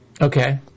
Okay